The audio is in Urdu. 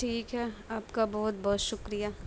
ٹھیک ہے آپ کا بہت بہت شکریہ